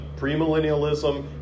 premillennialism